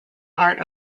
art